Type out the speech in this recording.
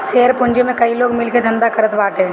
share पूंजी में कई लोग मिल के धंधा करत बाटे